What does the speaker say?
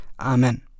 Amen